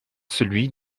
celui